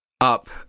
up